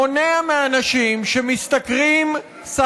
מונע מאנשים שמשתכרים שכר באופן חוקי,